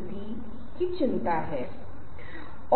पता होना चाहिए